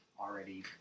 already